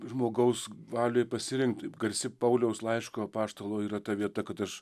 žmogaus valioj pasirinkt garsi pauliaus laiško apaštalo yra ta vieta kad aš